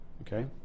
Okay